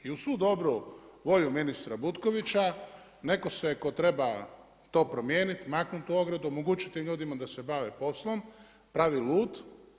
I uz svu dobru volju ministra Butkovića netko se tko treba to promijeniti, maknuti tu ogradu, omogućiti tim ljudima da se bave poslom, prave lud.